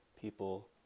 people